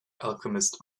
alchemist